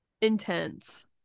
Intense